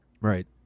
Right